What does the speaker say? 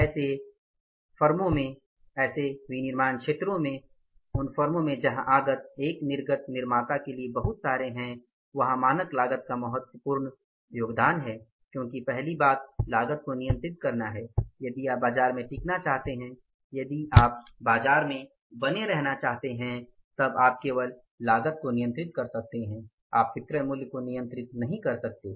इसलिए उन विनिर्माण क्षेत्रों में उन फर्मों में जहां आगत एक निर्गत निर्माता के लिए बहुत सारे हैं वहां मानक लागत का महत्व बहुत अधिक है क्योंकि पहली बात लागत को नियंत्रित करना है यदि आप बाजार में टिकना चाहते हैं यदि आप बाजार में बने रहना चाहते हैं तब आप केवल लागत को नियंत्रित कर सकते हैं आप विक्रय मूल्य को नियंत्रित नहीं कर सकते